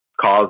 cause